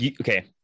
Okay